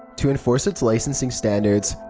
to enforce its licensing standards,